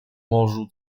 morzu